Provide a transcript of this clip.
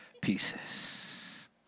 pieces